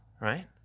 Right